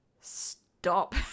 stop